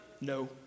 No